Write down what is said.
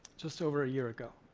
just over a year ago.